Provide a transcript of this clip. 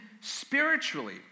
spiritually